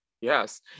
Yes